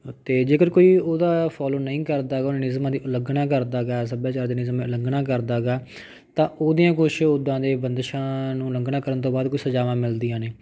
ਅਤੇ ਜੇਕਰ ਕੋਈ ਉਹਦਾ ਫੋਲੋ ਨਹੀਂ ਕਰਦਾ ਗਾ ਉਹਨਾਂ ਨਿਯਮਾਂ ਦੀ ਉਲੰਘਣਾ ਕਰਦਾ ਗਾ ਸੱਭਿਆਚਾਰ ਦੇ ਨਿਯਮ ਉਲੰਘਣਾ ਕਰਦਾ ਗਾ ਤਾਂ ਉਹਦੀਆਂ ਕੁਛ ਉੱਦਾਂ ਦੇ ਬੰਦਿਸ਼ਾਂ ਨੂੰ ਉਲੰਘਣਾ ਕਰਨ ਤੋਂ ਬਾਅਦ ਕੋਈ ਸਜਾਵਾਂ ਮਿਲਦੀਆਂ ਨੇ